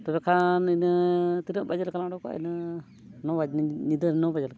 ᱛᱚᱵᱮ ᱠᱷᱟᱱ ᱤᱱᱟᱹ ᱛᱤᱱᱟᱹᱜ ᱵᱟᱡᱮ ᱞᱮᱠᱟᱞᱟᱝ ᱚᱰᱚᱠᱚᱜᱼᱟ ᱤᱱᱟᱹ ᱱᱚ ᱵᱟᱡᱮ ᱧᱤᱫᱟᱹ ᱱᱚ ᱵᱟᱡᱮ ᱞᱮᱠᱟ